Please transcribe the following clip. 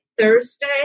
Thursday